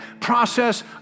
process